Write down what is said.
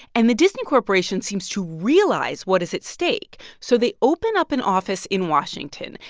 and the disney corporation seems to realize what is at stake. so they open up an office in washington.